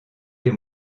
les